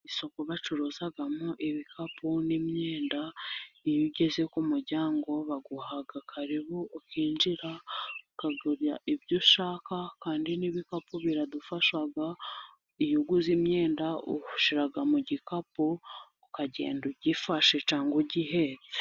Isoko bacuruzamo ibikapu n'imyenda. Iyo ugeze ku muryango ngo baguha karibu, ukinjira ukagura ibyo ushaka, kandi n'ibikapu biradufasha. Uyu aguze imyenda ushira mu gikapu ukagenda ugifashe cyangwa ugihetse.